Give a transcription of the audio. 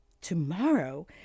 Tomorrow